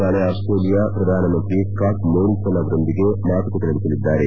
ನಾಳೆ ಆಸ್ಲೇಲಿಯಾ ಶ್ರಧಾನಮಂತ್ರಿ Scott Morrison ಅವರೊಂದಿಗೆ ಮಾತುಕತೆ ನಡೆಸಲಿದ್ದಾರೆ